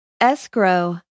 escrow